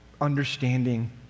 understanding